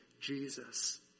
Jesus